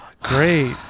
Great